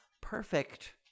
Perfect